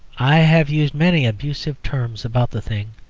i have used many abusive terms about the thing,